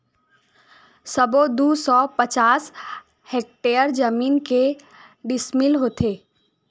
सबो दू सौ पचास हेक्टेयर जमीन के डिसमिल होथे?